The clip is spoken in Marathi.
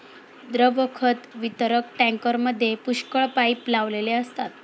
द्रव खत वितरक टँकरमध्ये पुष्कळ पाइप लावलेले असतात